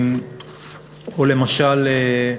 או למשל,